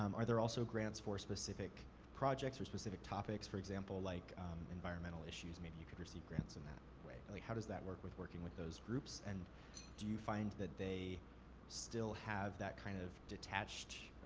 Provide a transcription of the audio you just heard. um are there also grants for specific projects or specific topics. for example, like environmental issues, maybe you could receive grants in that way. how does that work with working with those groups and do you find that they still have that kind of detached